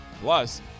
Plus